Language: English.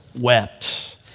wept